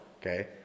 okay